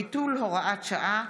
ביטול הוראת שעה),